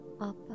up